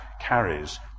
carries